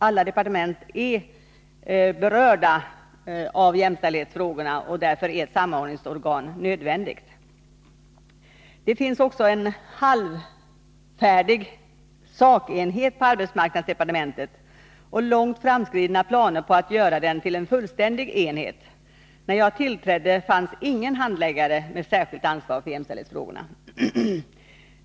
Alla departement berörs ju av jämställdhetsfrågorna, och därför är ett samordningsorgan nödvändigt. Det finns också en halvfärdig sakenhet på arbetsmarknadsdepartementet och långt framskridna planer på att göra den till en fullständig enhet. När jag tillträdde fanns ingen handläggare med särskilt ansvar för jämställdhetsfrågorna.